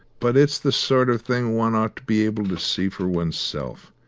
but it's the sort of thing one ought to be able to see for oneself,